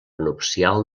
nupcial